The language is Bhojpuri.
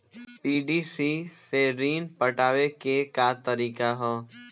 पी.डी.सी से ऋण पटावे के का तरीका ह?